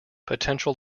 potential